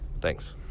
thanks